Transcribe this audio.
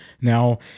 Now